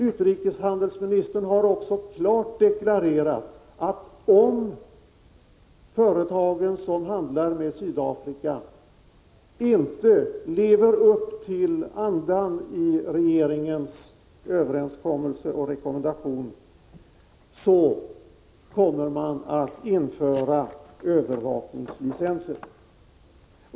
Utrikeshandelsministern har också klart deklarerat att om de företag som handlar med Sydafrika inte lever upp till andan i regeringens överenskommelse och rekommendation kommer man att införa övervakningslicenser.